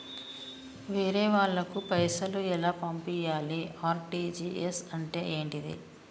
వేరే వాళ్ళకు పైసలు ఎలా పంపియ్యాలి? ఆర్.టి.జి.ఎస్ అంటే ఏంటిది?